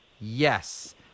Yes